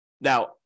Now